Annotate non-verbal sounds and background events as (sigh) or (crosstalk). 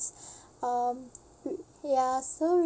um (noise) ya so